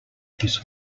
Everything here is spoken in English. his